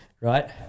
Right